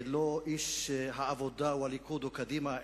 לא איש העבודה או הליכוד או קדימה,